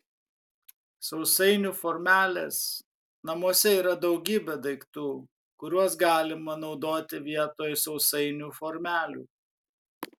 sausainių formelės namuose yra daugybė daiktų kuriuos galima naudoti vietoj sausainių formelių